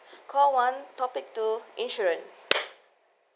call one topic two insurance